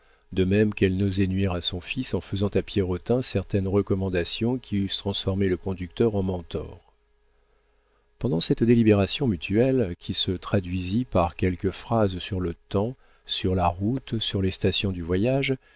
de même qu'elle n'osait nuire à son fils en faisant à pierrotin certaines recommandations qui eussent transformé le conducteur en mentor pendant cette délibération mutuelle qui se traduisit par quelques phrases sur le temps sur la route sur les stations du voyage